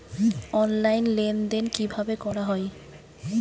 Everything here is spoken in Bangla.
অনলাইন লেনদেন কিভাবে করা হয়?